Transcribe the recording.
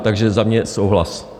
Takže za mě souhlas.